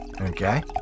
Okay